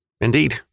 Indeed